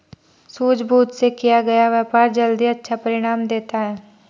सूझबूझ से किया गया व्यापार जल्द ही अच्छा परिणाम देता है